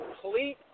complete